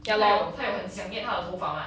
他有他有很想念他的头发吗